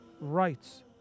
rights